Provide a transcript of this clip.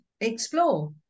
explore